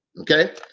Okay